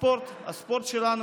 הספורט שלנו,